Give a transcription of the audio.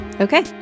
Okay